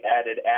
added